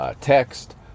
text